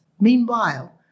Meanwhile